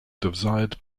desired